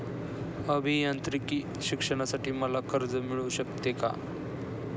अभियांत्रिकी शिक्षणासाठी मला कर्ज मिळू शकते का?